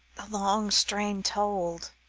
the long strain told.